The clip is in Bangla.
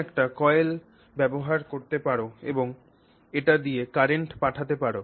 তুমি একটি কয়েল ব্যবহার করতে পার এবং এটি দিয়ে কারেন্ট পাঠাতে পার